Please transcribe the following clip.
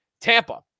Tampa